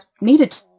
needed